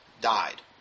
died